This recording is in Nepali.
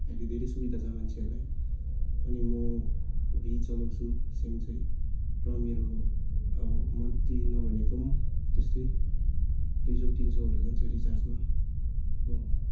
अहिले धेरै सुविधा छ मान्छेहरूलाई अनि म भी चलाउँछु सिम चाहिँ र मेरो अब मन्थली नभनेको पनि त्यस्तै दुई सय तिन सयहरू जान्छ रिचार्जमा हो